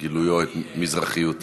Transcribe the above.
גילויו את מזרחיותו.